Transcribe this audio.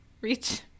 reach